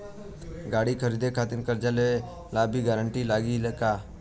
गाड़ी खरीदे खातिर कर्जा लेवे ला भी गारंटी लागी का?